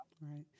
right